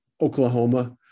Oklahoma